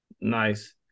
Nice